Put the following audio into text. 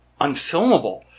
unfilmable